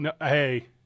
Hey